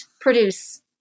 produce